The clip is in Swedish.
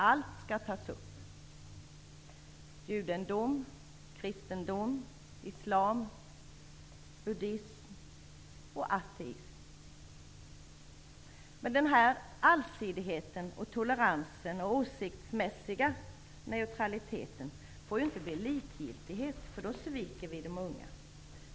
Allt skall tas upp; Men den här allsidigheten, toleransen och åsiktsmässiga neutraliteten får inte bli likgiltighet, för då sviker vi de unga.